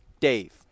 Dave